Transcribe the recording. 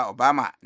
Obama